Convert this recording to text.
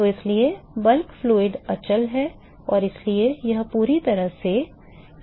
तो इसलिए bulk fluid अचल है और इसलिए यह पूरी तरह से मुक्त संवहन समस्या है